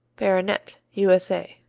baronet u s a.